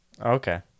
Okay